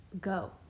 go